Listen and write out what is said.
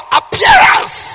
appearance